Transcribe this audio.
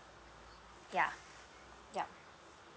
yeah yup